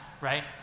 right